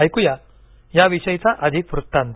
ऐकूया याविषयीचा अधिक वृत्तांत